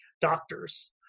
doctors